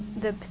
the,